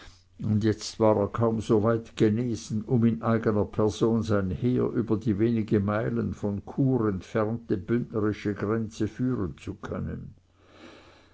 und jetzt war er kaum so weit genesen um in eigner person sein heer über die wenige meilen von chur entfernte bündnerische grenze führen zu können